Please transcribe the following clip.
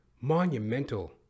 Monumental